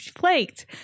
flaked